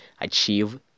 achieve